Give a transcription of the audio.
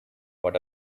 what